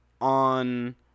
on